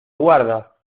aguarda